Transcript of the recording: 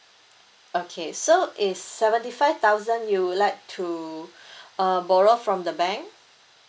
okay so it's seventy five thousand you would like to uh borrow from the bank